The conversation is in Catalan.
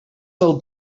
del